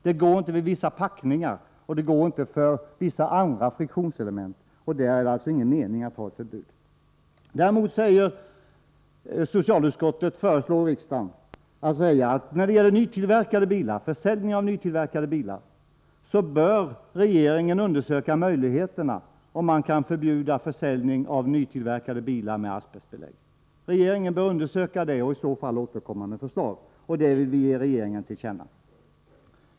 Det går inte ifråga om vissa packningar, och det går inte för vissa andra friktionselement. Där är det alltså ingen mening med att ha ett förbud. Däremot föreslår socialutskottet riksdagen att uttala att regeringen bör undersöka möjligheterna för ett förbud mot försäljning av nytillverkade bilar med asbestbelägg och därefter återkomma med förslag. Detta vill vi ge regeringen till känna.